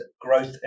growth